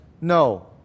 no